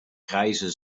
grijze